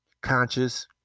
conscious